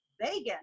vegan